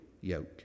yoke